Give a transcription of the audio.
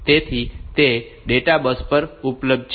તેથી તે data bus પર ઉપલબ્ધ છે